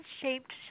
shaped